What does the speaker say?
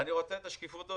אני רוצה את השקיפות הזאת,